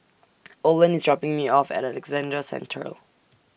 Olen IS dropping Me off At Alexandra Central